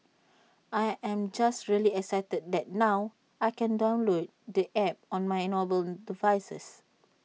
I am just really excited that now I can download the app on my mobile devices